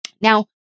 Now